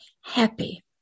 happy